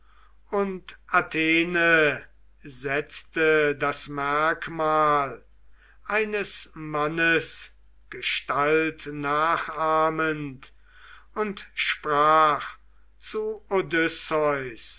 und athene setzte das merkmal eines mannes gestalt nachahmend und sprach zu